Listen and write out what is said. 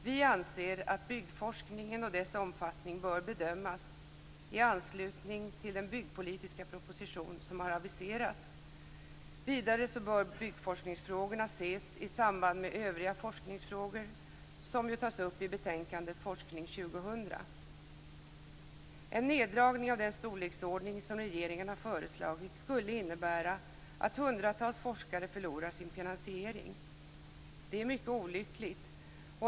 Vi anser att byggforskningen och dess omfattning bör bedömas i anslutning till den byggpolitiska proposition som har aviserats. Vidare bör byggforskningsfrågorna ses i samband med övriga forskningsfrågor, vilka tas upp i betänkandet En neddragning av den storleksordning som regeringen har föreslagit skulle innebära att hundratals forskare förlorar sin finansiering. Det vore mycket olyckligt.